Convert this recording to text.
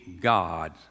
God